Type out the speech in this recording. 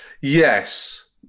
Yes